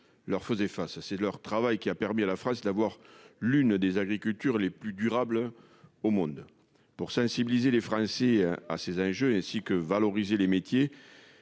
leur faisaient face, c'est leur travail, qui a permis à la France d'avoir l'une des agricultures les plus durable au monde pour sensibiliser les Français à ces âges et ainsi que valoriser les métiers,